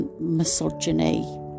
misogyny